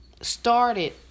started